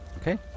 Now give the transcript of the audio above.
Okay